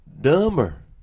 dumber